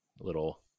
little